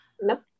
Nope